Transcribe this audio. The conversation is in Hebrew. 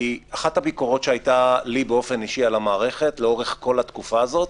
כי אחת הביקורת שהייתה לי באופן אישי על המערכת לאורך כל התקופה הזאת,